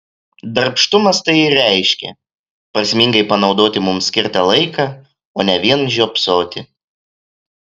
darbštumas tai ir reiškia prasmingai panaudoti mums skirtą laiką o ne vien žiopsoti